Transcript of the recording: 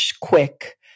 quick